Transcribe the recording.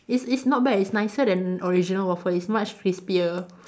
is is not bad it's nicer than original waffle is much crispier